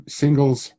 singles